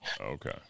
Okay